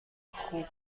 خوب